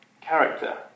character